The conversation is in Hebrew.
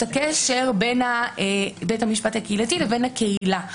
הקשר בין בית המשפט הקהילתי לבין הקהילה.